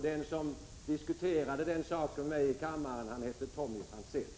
Den som diskuterade detta med mig i kammaren hette Tommy Franzén.